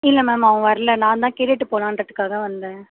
இல்லை மேம் அவன் வரல நான் தான் கேட்டுவிட்டு போலான்றத்துக்காக வந்தேன்